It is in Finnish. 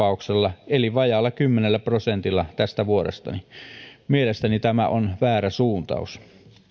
tapauksella eli vajaalla kymmenellä prosentilla tästä vuodesta mielestäni tämä on väärä suuntaus